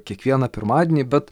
kiekvieną pirmadienį bet